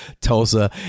Tulsa